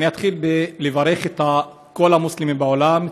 אני אתחיל בלברך את כל המוסלמים בעולם,